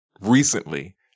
recently